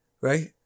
right